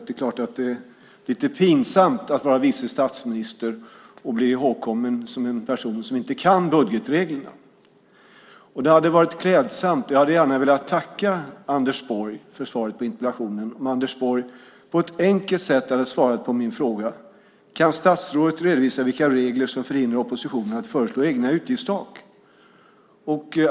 Det är klart att det är lite pinsamt att vara vice statsminister och bli ihågkommen som en person som inte kan budgetreglerna. Jag hade gärna velat tacka Anders Borg för svaret på interpellationen om Anders Borg på ett enkelt sätt hade svarat på min fråga: Kan statsrådet redovisa vilka regler som förhindrar oppositionen att föreslå egna utgiftstak?